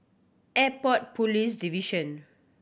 Airport Police Division